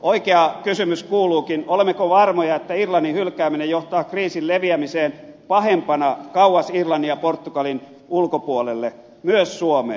oikea kysymys kuuluukin olemmeko varmoja että irlannin hylkääminen johtaa kriisin leviämiseen pahempana kauas irlannin ja portugalin ulkopuolelle myös suomeen